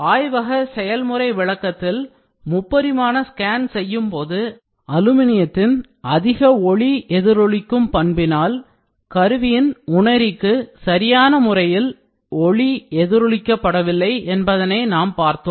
ஆய்வகச செயல்முறை விளக்கத்தில் முப்பரிமாண ஸ்கேன் செய்யும்போது அலுமினியத்தின் அதிக ஒளி எதிரொலிக்கும் பண்பினால் கருவியின் உணரிக்கு சரியான முறையில் ஒளி எதிரொலிக்கபடவில்லை என்பதை நாம் பார்த்தோம்